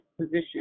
position